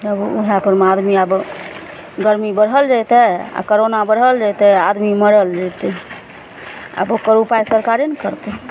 आब ओहएपरमे आदमी आब गरमी बढ़ल जैतै आ करोना बढ़ल जैतै आदमी मरल जैतै आब ओकर उपाय सरकारे ने करतै